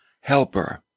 helper